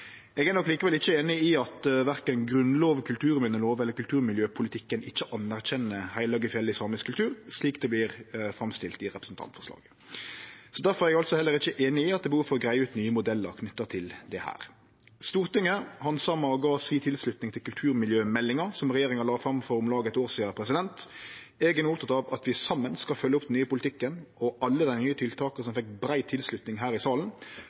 Eg er nok likevel ikkje einig i at verken Grunnlova, kulturminnelova eller kulturmiljøpolitikken ikkje anerkjenner heilage fjell i samisk kultur, slik det vert framstilt i representantforslaget. Difor er eg altså heller ikkje einig i at det er behov for å greie ut nye modellar knytte til dette. Stortinget handsama og gav si tilslutning til kulturmiljømeldinga som regjeringa la fram for om lag eit år sidan. Eg er no oppteken av at vi saman skal følgje opp den nye politikken og alle dei nye tiltaka som fekk brei tilslutning her i salen.